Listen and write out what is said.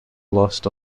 lost